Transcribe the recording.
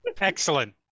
Excellent